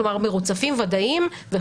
כלומר מרוצפים ודאיים וחשד.